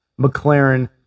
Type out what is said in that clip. McLaren